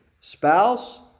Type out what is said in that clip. spouse